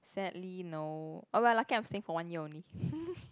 sadly no oh but luckily I'm staying for one year only